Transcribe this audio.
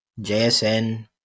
JSN